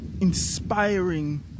Inspiring